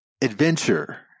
adventure